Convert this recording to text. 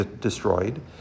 destroyed